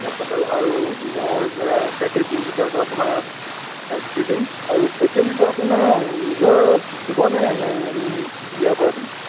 ঠিক আছে বাৰু আৰু ম'হৰ গাখীৰ দুই লিটাৰটো আপোনাৰ দি দিম আৰু টেকেলিটো আপোনাৰ নিজৰ দিবনে নে আমি ইয়াৰ পৰা দিম